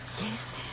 Yes